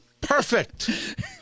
Perfect